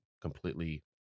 completely